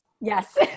Yes